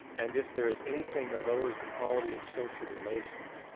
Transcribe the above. and if there is anything that lowers the quality of social relations.